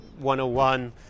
101